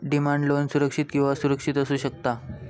demand loan सुरक्षित किंवा असुरक्षित असू शकता